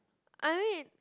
I mean